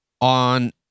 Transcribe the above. on